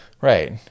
Right